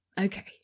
Okay